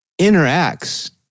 interacts